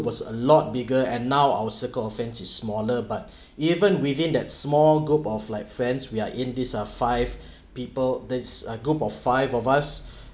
was a lot bigger and now our circle of friends is smaller but even within that small group of like friends we're in this uh five people there's a group of five of us